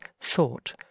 thought